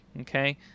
okay